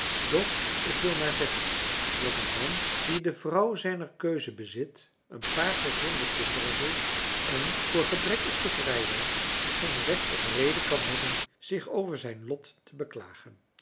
doch ik wil maar zeggen dat een man die de vrouw zijner keuze bezit een paar gezonde kinderen heeft en voor gebrek is gevrijwaard geen recht of reden kan hebben zich over zijn lot te beklagen